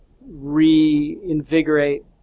reinvigorate